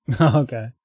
Okay